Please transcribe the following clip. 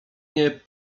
nie